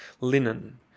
Linen